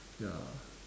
ya